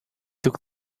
took